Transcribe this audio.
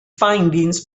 findings